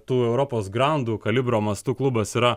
tų europos grandų kalibro mastu klubas yra